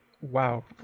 wow